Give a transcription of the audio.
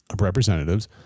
representatives